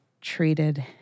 treated